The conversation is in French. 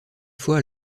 fois